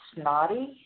snotty